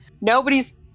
nobody's